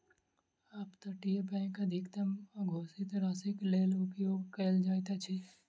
up तटीय bank अधिकतम अघोषित राशिक लेल उपयोग कयल जाइत अछि